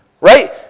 Right